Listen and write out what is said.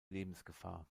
lebensgefahr